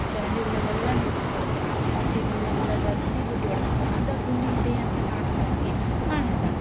ಚರಂಡಿಗಳಲೆಲ್ಲ ನೀರು ತುಂಬ್ಕೊಳುತ್ತೆ ಆ ಚರಂಡಿ ನೀರೆಲ್ಲ ಬಂದು ಗುಂಡಿ ಒಳಗೆ ಕೂತ್ಕ ಅದಾಗಿ ಗುಂಡಿ ಇದೆ ಅಂತ ಕಾಣುತ್ತ ಅಲ್ಲಿ ಕಾಣೋಲ್ಲ